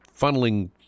funneling